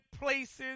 places